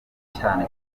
cyane